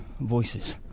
voices